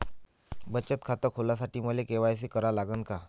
बचत खात खोलासाठी मले के.वाय.सी करा लागन का?